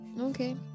Okay